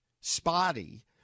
spotty